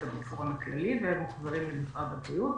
הביטחון הכללי ומוחזרים למשרד הבריאות.